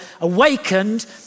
awakened